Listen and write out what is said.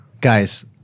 guys